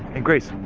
and grace,